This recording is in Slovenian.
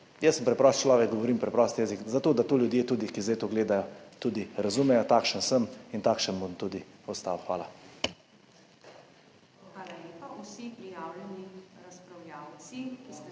jaz sem preprost človek, govorim preprost jezik, zato da to ljudje, ki zdaj to gledajo, tudi razumejo. Takšen sem in takšen bom tudi ostal. Hvala.